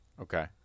Okay